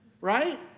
right